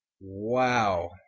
Wow